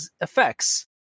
effects